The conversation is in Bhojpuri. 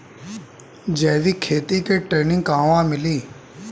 जैविक खेती के ट्रेनिग कहवा मिली?